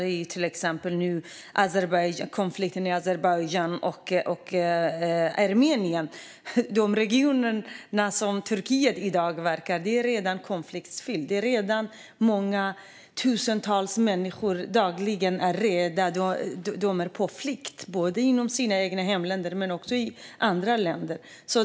Det gäller till exempel nu konflikten i Azerbajdzjan och Armenien. De regioner där Turkiet i dag verkar är redan konfliktfyllda. Det är redan tusentals människor som dagligen är på flykt både inom sina egna hemländer men också i andra länder.